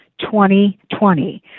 2020